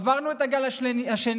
עברנו את הגל השני.